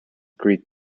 greek